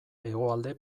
hegoalde